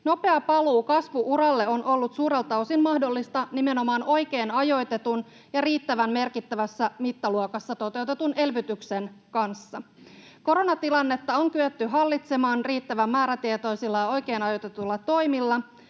Nopea paluu kasvu-uralle on ollut suurelta osin mahdollista nimenomaan oikein ajoitetun ja riittävän merkittävässä mittaluokassa toteutetun elvytyksen kanssa. Koronatilannetta on kyetty hallitsemaan riittävän määrätietoisilla, oikein ajoitetuilla toimilla.